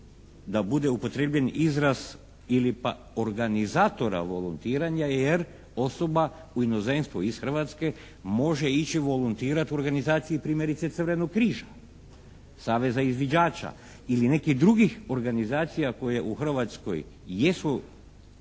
da bude upotrebljen izraz ili pak organizatora volontiranja jer osoba u inozemstvo iz Hrvatske može ići volontirati u organizaciji, primjerice, Crvenog križa, Saveza izviđača ili nekih drugih organizacija koje u Hrvatskoj jesu